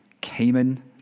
Cayman